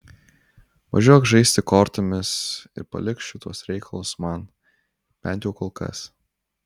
važiuok žaisti kortomis ir palik šituos reikalus man bent jau kol kas